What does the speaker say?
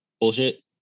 bullshit